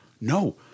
No